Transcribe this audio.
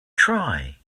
try